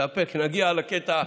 תתאפק עד שנגיע לקטע,